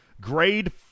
Grade